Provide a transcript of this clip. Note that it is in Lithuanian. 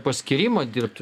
paskyrimą dirbti